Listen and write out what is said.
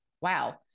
wow